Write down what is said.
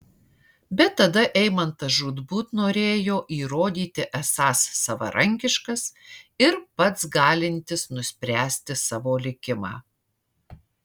bet tada eimantas žūtbūt norėjo įrodyti esąs savarankiškas ir pats galintis nuspręsti savo likimą